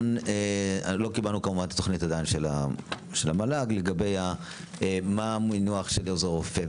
עדיין לא קיבלנו את התוכנית של המל"ג לגבי מה המינוח של עוזר רופא.